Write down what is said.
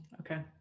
Okay